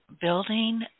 building